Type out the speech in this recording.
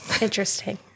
Interesting